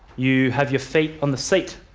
you have your feet on the seat.